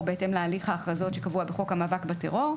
בהתאם להליך ההכרזות שקבוע בחוק המאבק בטרור,